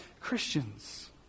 Christians